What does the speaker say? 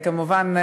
כמובן,